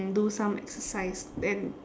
and do some exercise then